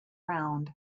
round